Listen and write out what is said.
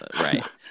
right